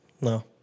no